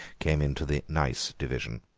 came into the nice division.